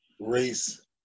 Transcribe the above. race